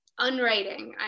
unwriting